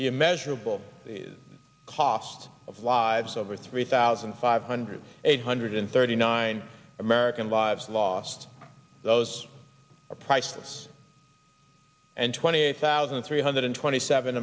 a measurable cost of lives over three thousand five hundred eight hundred thirty nine american lives lost those are priceless and twenty eight thousand three hundred twenty seven